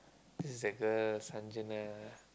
this is the girl